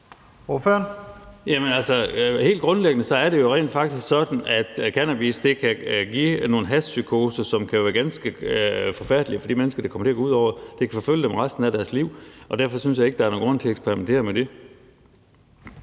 Helt grundlæggende er det jo rent faktisk sådan, at cannabis kan give nogle hashpsykoser, som kan være ganske forfærdelige for de mennesker, det går ud over. Det kan forfølge dem resten af deres liv. Derfor synes jeg ikke, der er nogen grund til at eksperimentere med det.